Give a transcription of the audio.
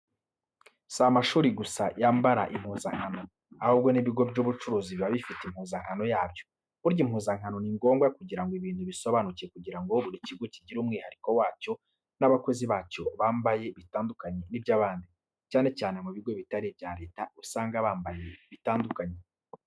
Si amashuri gusa yambara impuzankano, ahubwo n'ibigo by'ubucuruzi biba bifite impuzankano yabyo, burya impuzankano ni ngombwa kugira ngo ibintu bisobanuke kugira ngo buri kigo kigire umwihariko wacyo n'abakozi bacyo bambaye bitandukanye n'iby'abandi, cyane cyane mu bigo bitari ibya leta usanga bambaye bitandukanye.